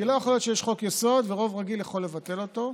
כי לא יכול להיות שיש חוק-יסוד ורוב רגיל יכול לבטל אותו,